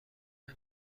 مرا